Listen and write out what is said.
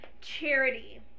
charity